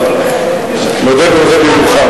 אם תבקש למצות